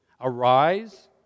Arise